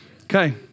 Okay